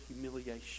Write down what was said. humiliation